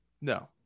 no